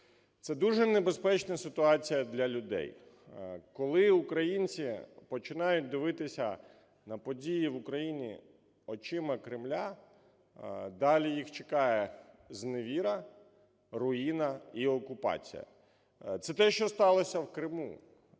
Це дуже небезпечна ситуація для людей, коли українці починають дивитися на події в Україні очима Кремля, далі їх чекає зневіра, руїна і окупація. Це те, що сталося в Криму,